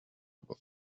aber